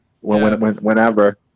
whenever